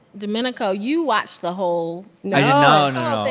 domenico, you watched the whole. no no.